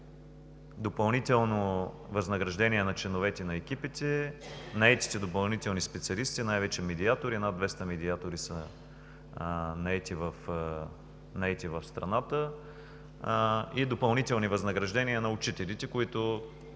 допълнително възнаграждение на членовете на екипите, наетите допълнителни специалисти, най-вече медиатори – над 200 медиатори са наети в страната, и допълнителни възнаграждения на учителите, които